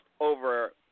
over